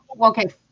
okay